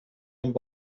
amb